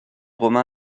romain